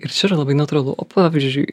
ir čia yra labai natūralu o pavyzdžiui